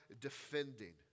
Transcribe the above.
defending